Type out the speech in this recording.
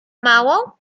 mało